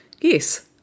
Yes